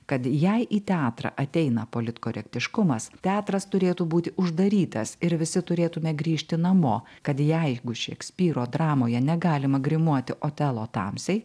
kad jei į teatrą ateina politkorektiškumas teatras turėtų būti uždarytas ir visi turėtumėme grįžti namo kad jeigu šekspyro dramoje negalima grimuoti otelo tamsiai